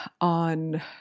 on